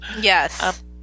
yes